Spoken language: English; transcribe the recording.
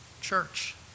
church